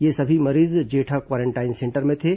ये सभी मरीज जेठा क्वारेंटाइन सेंटर में थे